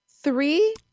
Three